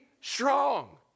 strong